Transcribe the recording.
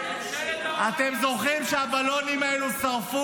איזה שינוי, חיים שלי --- ממשלת ההונאה והשנאה.